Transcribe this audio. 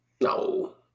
No